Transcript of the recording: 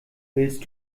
willst